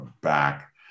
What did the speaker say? back